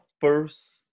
first